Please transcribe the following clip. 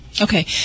Okay